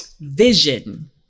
vision